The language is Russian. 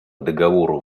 договору